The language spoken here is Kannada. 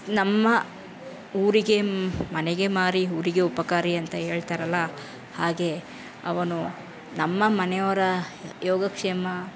ನಮ್ಮ ಊರಿಗೆ ಮನೆಗೆ ಮಾರಿ ಊರಿಗೆ ಉಪಕಾರಿ ಅಂತ ಹೇಳ್ತಾರಲ್ಲ ಹಾಗೆ ಅವನು ನಮ್ಮ ಮನೆಯವರ ಯೋಗಕ್ಷೇಮ